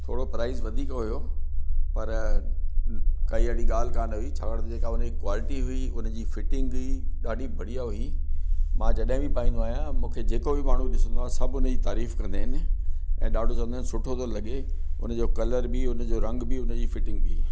थोरो प्राइज वधीक हुयो पर काई अहिड़ी ॻाल्हि कोन्ह हुई छाकाणि त जेका हुनजी क्वालिटी हुई उनजी फिटिंग ॾाढी बढ़िया हुई मां जॾहिं बि पाईंदो आहियां मूंखे जेको बि माण्हू ॾिसंदो आहे सभु उनजी तारीफ कंदा आहिनि ऐं ॾाढो चवंदा आहिनि सुठो थो लॻे उनजो कलर बि उनजो रंग बि उनजी फिटिंग बि